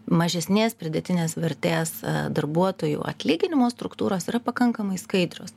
mažesnės pridėtinės vertės darbuotojų atlyginimo struktūros yra pakankamai skaidrios